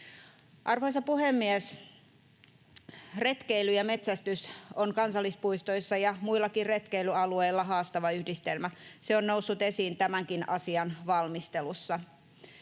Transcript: Arvoisa puhemies! Retkeily ja metsästys on kansallispuistoissa ja muillakin retkeilyalueilla haastava yhdistelmä. Se on noussut esiin tämänkin asian valmistelussa.